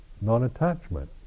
non-attachment